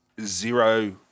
zero